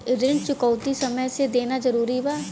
ऋण चुकौती समय से देना जरूरी बा?